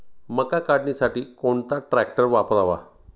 मका काढणीसाठी कोणता ट्रॅक्टर वापरावा?